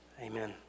Amen